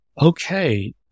okay